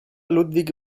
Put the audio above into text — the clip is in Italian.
ludwig